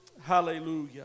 Hallelujah